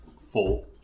full